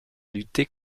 lutter